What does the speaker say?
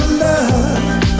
love